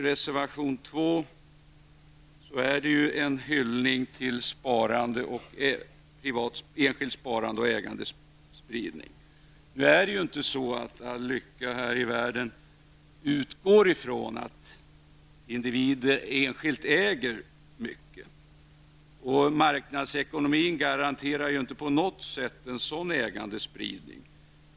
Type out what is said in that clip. Reservation 2 är ju en hyllning till enskilt sparande och ägandespridning. Nu är det ju inte så att all lycka här i världen utgår ifrån att individer enskilt äger mycket. Marknadsekonomin garanterar inte på något sätt en sådan ägandespridning.